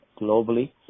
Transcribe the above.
globally